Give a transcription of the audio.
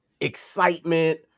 excitement